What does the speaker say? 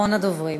אחרון הדוברים.